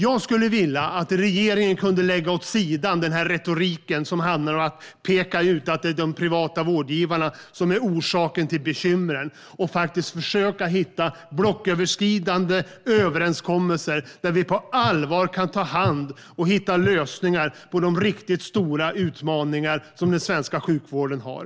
Jag skulle vilja att regeringen lade den retorik åt sidan som handlar om att peka ut de privata vårdgivarna som orsak till bekymren. Regeringen borde försöka hitta blocköverskridande överenskommelser där vi på allvar kan ta hand om och hitta lösningar på de riktigt stora utmaningar som den svenska sjukvården har.